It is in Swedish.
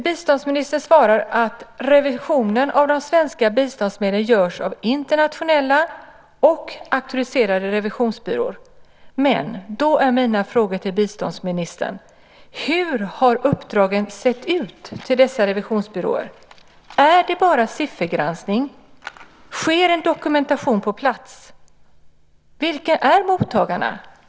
Biståndsministern svarar att revisionen av de svenska biståndsmedlen görs av internationella auktoriserade revisionsbyråer, men då är mina frågor till biståndsministern: Hur har uppdragen sett ut till dessa revisionsbyråer? Gäller det bara siffergranskning? Sker en dokumentation på plats? Vilka är mottagarna?